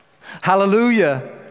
Hallelujah